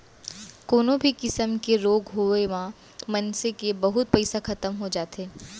कोनो भी किसम के रोग होय म मनसे के बहुत पइसा खतम हो जाथे